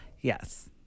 Yes